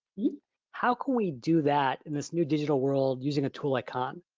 how can we do that in this new digital world using a tool like um